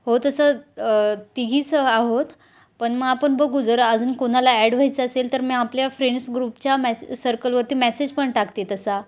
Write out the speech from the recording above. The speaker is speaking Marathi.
हो तसं तिघीच आहोत पण मग आपण बघू जर अजून कोणाला ॲड व्हायचं असेल तर मी आपल्या फ्रेंड्स ग्रुपच्या मॅस सर्कलवरती मॅसेज पण टाकते तसा